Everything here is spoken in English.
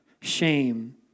shame